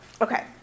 Okay